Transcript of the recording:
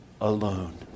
alone